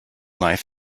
life